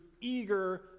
eager